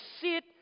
sit